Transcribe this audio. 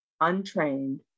untrained